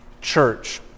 church